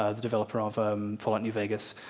ah the developer of fallout new vegas,